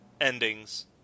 endings